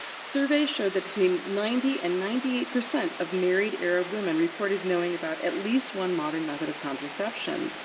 surveys showed that between ninety and ninety eight percent of married arab women reported knowing about at least one modern method of contraception.